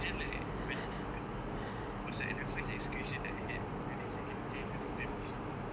and then like when when we it was like the first excursion I had during second~ eh during primary school